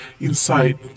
inside